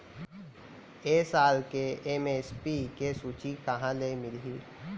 ए साल के एम.एस.पी के सूची कहाँ ले मिलही?